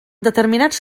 determinats